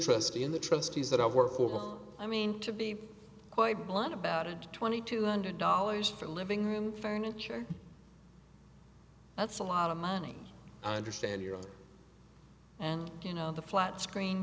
the trustees that i work for i mean to be quite blunt about it twenty two hundred dollars for living room furniture that's a lot of money i understand you and you know the flat screen